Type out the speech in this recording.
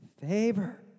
favor